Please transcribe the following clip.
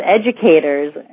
educators